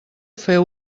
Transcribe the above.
fer